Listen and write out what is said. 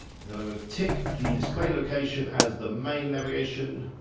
and then i'm gonna tick the display location as the main navigation,